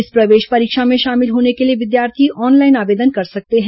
इस प्रवेश परीक्षा में शामिल होने के लिए विद्यार्थी ऑनलाइन आवेदन कर सकते हैं